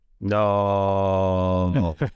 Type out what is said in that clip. no